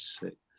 six